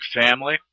family